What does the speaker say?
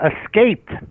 escaped